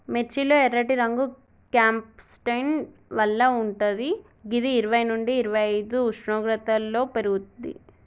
మిర్చి లో ఎర్రటి రంగు క్యాంప్సాంటిన్ వల్ల వుంటది గిది ఇరవై నుండి ఇరవైఐదు ఉష్ణోగ్రతలో పెర్గుతది